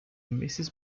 mrs